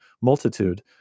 multitude